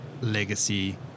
legacy